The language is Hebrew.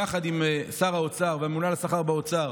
יחד עם שר האוצר והממונה על השכר באוצר,